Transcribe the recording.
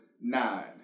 nine